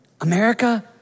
America